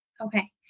Okay